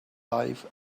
life